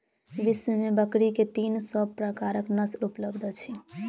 विश्व में बकरी के तीन सौ प्रकारक नस्ल उपलब्ध अछि